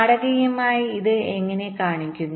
നാടകീയമായി ഇത് ഇങ്ങനെ കാണിക്കുന്നു